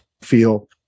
feel